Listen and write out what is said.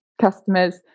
customers